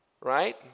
right